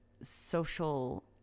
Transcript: social